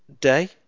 day